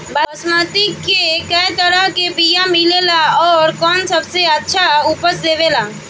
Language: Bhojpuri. बासमती के कै तरह के बीया मिलेला आउर कौन सबसे अच्छा उपज देवेला?